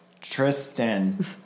tristan